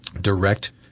direct